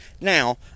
Now